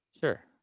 Sure